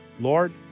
Lord